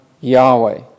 Yahweh